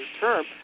term